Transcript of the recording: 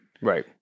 Right